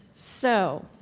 so,